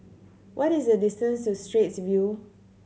what is the distance to Straits View